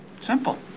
Simple